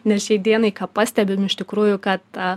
nes šiai dienai ką pastebim iš tikrųjų kad